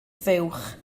fuwch